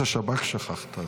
את ראש השב"כ שכחת.